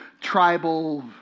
tribal